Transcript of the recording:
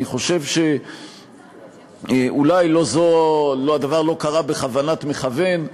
אני חושב שאולי הדבר לא קרה בכוונת מכוון,